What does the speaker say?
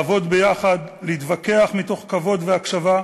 לעבוד יחד, להתווכח מתוך כבוד והקשבה,